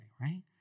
right